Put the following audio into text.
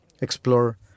explore